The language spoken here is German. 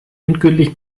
endgültig